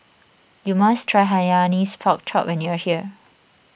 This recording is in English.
you must try Hainanese Pork Chop when you are here